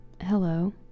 hello